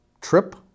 trip